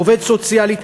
לעובדת סוציאלית,